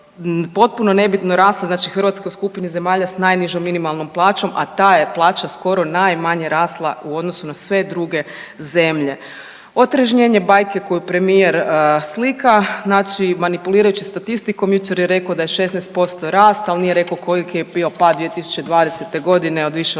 potpuno nebitno rasle. Znači Hrvatska je u skupini zemalja s najnižom minimalnom plaćom, a ta je plaća skoro najmanje rasla u odnosu na sve druge zemlje. Otrežnjenje bajke koju premijer manipulirajući statistikom, jučer je rekao da je 16% ali nije rekao koliki je bio pad 2020.g. od više od